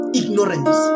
ignorance